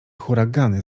huragany